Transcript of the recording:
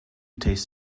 taste